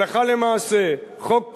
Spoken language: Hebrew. הלכה למעשה, חוק כזה,